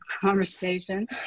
conversation